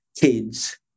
kids